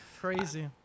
crazy